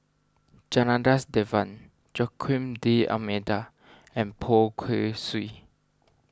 Janadas Devan Joaquim D'Almeida and Poh Kay Swee